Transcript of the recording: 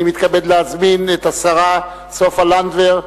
אני מתכבד להזמין את השרה סופה לנדבר.